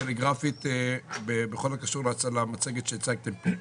טלגרפית הקשורים למצגת שהצגתם פה.